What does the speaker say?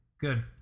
Good